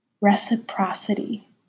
reciprocity